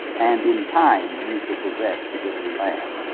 and in time ye shall possess the goodly land.